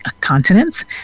continents